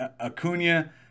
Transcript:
Acuna